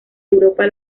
europa